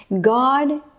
God